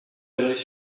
bellerive